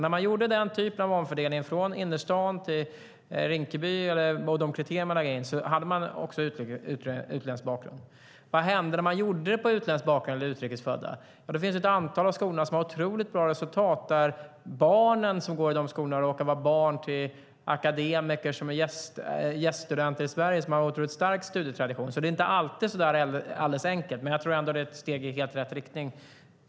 När man gjorde den typen av omfördelning från innerstaden till Rinkeby hade man bland de kriterier man lade in också utländsk bakgrund. Vad hände när man gjorde detta på utländsk bakgrund eller utrikes födda? Ja, det finns ett antal av skolorna som har otroligt bra resultat. Barnen som går i dessa skolor råkar vara barn till akademiker som är gäststudenter i Sverige och har en otroligt stark studietradition. Det är alltså inte alltid så där alldeles enkelt, men jag tror ändå att det är ett steg i helt rätt riktning.